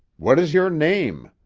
what is your name?